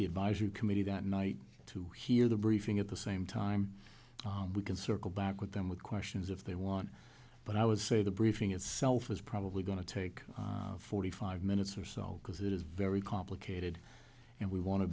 the advisory committee that night to hear the briefing at the same time we can circle back with them with questions if they want but i would say the briefing itself is probably going to take forty five minutes or so because it is very complicated and we want to